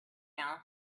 now